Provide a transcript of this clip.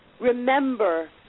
Remember